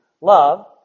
love